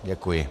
Děkuji.